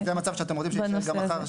אז זה המצב שאתם רוצים שיישאר גם מחר,